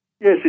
Yes